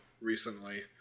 recently